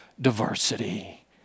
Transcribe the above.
diversity